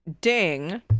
ding